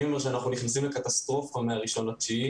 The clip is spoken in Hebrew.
אני אומר שאנחנו נכנסים לקטסטרופה מה-1 בספטמבר,